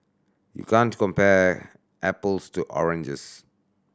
you can't compare apples to oranges